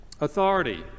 authority